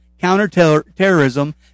counterterrorism